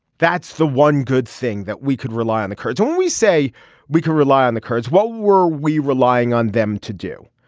that's the one good thing that we could rely on the kurds when we say we can rely on the kurds what were we relying on them to do.